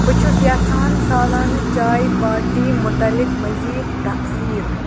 بہٕ چھُس یَژھان سالانہٕ چائے پارٹی مُتعلق مزیٖد تفصیٖل